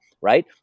right